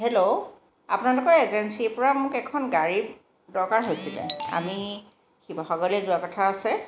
hello আপোনালোকৰ এজেঞ্চিৰ পৰা মোক এখন গাড়ী দৰকাৰ হৈছিলে আমি শিৱসাগৰলৈ যোৱা কথা আছে